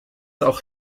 auch